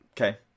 Okay